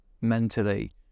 mentally